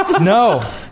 No